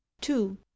two